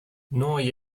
noi